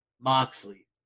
Moxley